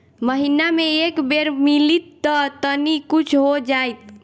महीना मे एक बेर मिलीत त तनि कुछ हो जाइत